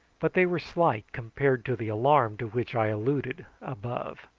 but they were slight compared to the alarm to which i alluded above.